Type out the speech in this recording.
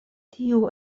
tiu